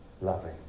loving